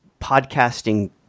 podcasting